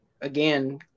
again